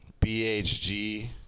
BHG